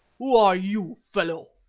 who are you, fellow?